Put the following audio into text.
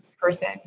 person